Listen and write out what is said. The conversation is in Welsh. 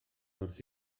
wrth